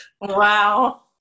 Wow